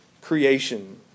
creation